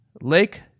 Lake